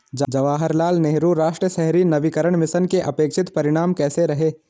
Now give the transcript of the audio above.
जवाहरलाल नेहरू राष्ट्रीय शहरी नवीकरण मिशन के अपेक्षित परिणाम कैसे रहे?